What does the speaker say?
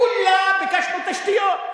כולה ביקשנו תשתיות.